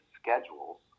schedules